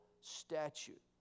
statute